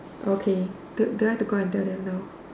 okay do do I to go out and tell them now